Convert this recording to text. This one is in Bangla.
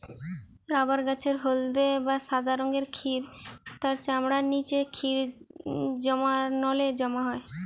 রাবার গাছের হলদে বা সাদা রঙের ক্ষীর তার চামড়ার নিচে ক্ষীর জমার নলে জমা হয়